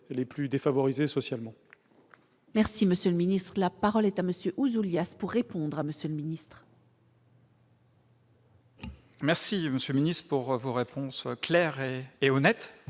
les plus défavorisés socialement. Merci monsieur le ministre, la parole est à monsieur Ouzoulias s'pour répondre à monsieur le ministre. Merci monsieur minutes pour vos réponses claires et et honnête